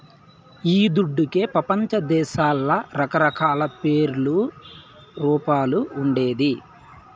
ఈ దుడ్డుకే పెపంచదేశాల్ల రకరకాల పేర్లు, రూపాలు ఉండేది